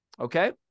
okay